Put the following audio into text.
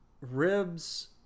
ribs